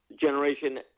generation